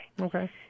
Okay